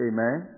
Amen